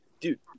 Dude